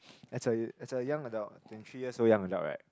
as a as a young adult twenty three years old young adult right